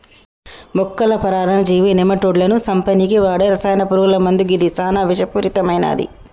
మొక్కల పరాన్నజీవి నెమటోడ్లను సంపనీకి వాడే రసాయన పురుగుల మందు గిది సానా విషపూరితమైనవి